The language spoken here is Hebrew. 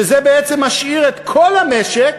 וזה בעצם משאיר את כל המשק